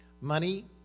Money